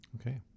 Okay